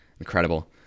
Incredible